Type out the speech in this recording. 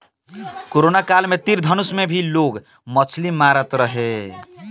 corona काल में तीर धनुष से भी लोग मछली मारत रहल हा